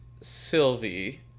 Sylvie